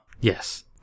Yes